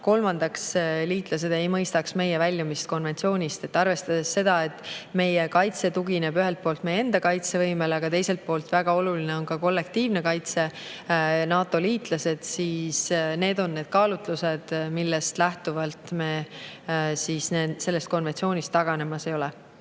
kolmandaks, liitlased ei mõistaks meie väljumist konventsioonist. Meie kaitse tugineb ühelt poolt meie enda kaitsevõimele, aga teiselt poolt on väga oluline ka kollektiivne kaitse, NATO‑liitlased. Need on need kaalutlused, millest lähtuvalt me sellest konventsioonist taganemas ei ole.